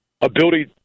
ability